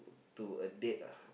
to a date uh